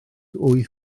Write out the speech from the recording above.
wyth